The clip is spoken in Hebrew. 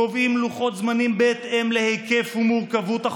קובעים לוחות זמנים בהתאם להיקף ולמורכבות של